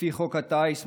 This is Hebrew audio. לפי חוק הטיס,